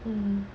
mm